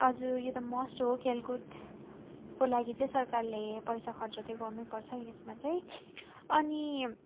हजुर यो त मस्ट हो खेलकुदको लागि चाहिँ सरकारले पैसा खर्च चाहिँ गर्नैपर्छ यसमा चाहिँ अनि